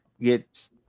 get